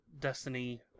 Destiny